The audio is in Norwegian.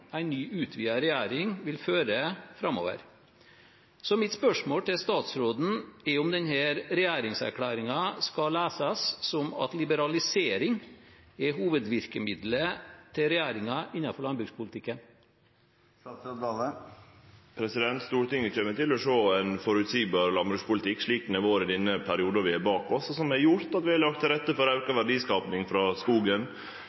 ny, utvidet regjering vil føre framover. Så mitt spørsmål til statsråden er: Skal denne regjeringserklæringen leses som at liberalisering er hovedvirkemidlet til regjeringen innenfor landbrukspolitikken? Stortinget kjem til å få sjå ein føreseieleg landbrukspolitikk, slik det har vore i den perioden vi har bak oss, og som har gjort at vi har lagt til rette for